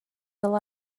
fel